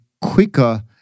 quicker